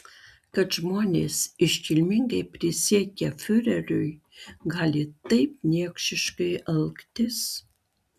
kad žmonės iškilmingai prisiekę fiureriui gali taip niekšiškai elgtis